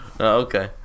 Okay